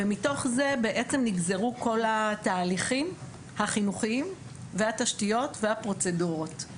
ומתוך זה בעצם נגזרו כל התהליכים החינוכיים והתשתיות והפרוצדורות,